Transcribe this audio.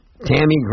Tammy